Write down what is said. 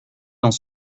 dans